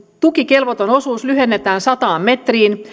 tukikelvoton osuus lyhennetään sataan metriin